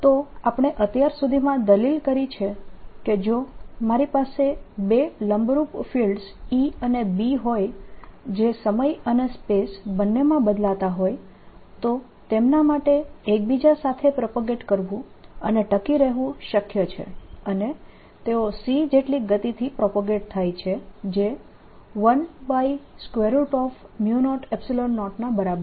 તો આપણે અત્યાર સુધીમાં દલીલ કરી છે કે જો મારી પાસે બે લંબરૂપ ફિલ્ડ્સ E અને B હોય જે સમય અને સ્પેસ બંનેમાં બદલાતા હોય તો તેમના માટે એકબીજા સાથે પ્રોપગેટ કરવું અને ટકી રહેવું શક્ય છે અને તેઓ c જેટલી ગતિથી પ્રોપગેટ થાય છે જે 100 ના બરાબર છે